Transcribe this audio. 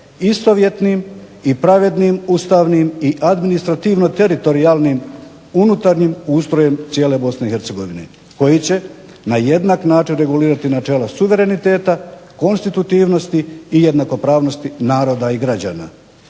istovjetnim i pravednim ustavnim i administrativno-teritorijalnim unutarnjim ustrojem cijele BiH koji će na jednak način regulirati načelo suvereniteta, konstitutivnosti i jednakopravnosti naroda i građana.